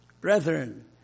Brethren